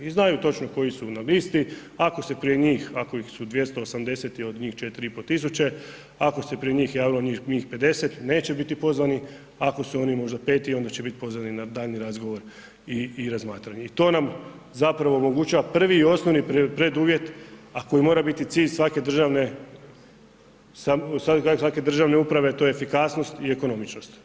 I znaju točno koji su koji su na listi, ako se kraj njih, ako su 280 od njih 4500, ako se pred njih javilo njih 50, neće biti pozvani, ako su oni možda peti, onda će biti pozvani na daljnji razgovor i razmatranje i to nam zapravo omogućava prvi i osnovni preduvjet a koji mora biti cilj svake državne uprave a to je efikasnost i ekonomičnost.